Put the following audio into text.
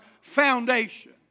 foundation